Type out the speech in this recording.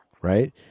right